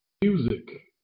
music